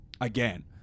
again